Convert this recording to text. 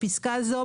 בפסקה זו,